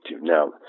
Now